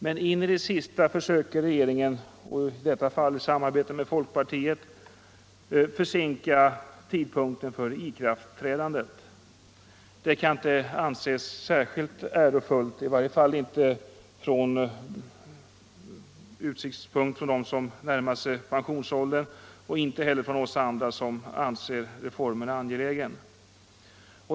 Men in i det sista försöker regeringen, i detta fall i samarbete med folkpartiet, försinka tidpunkten för ikraftträdandet. Det kan inte anses särskilt ärofullt, i varje fall inte av dem som närmar sig pensionsåldern och inte heller av oss andra som anser reformen angelägen.